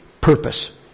purpose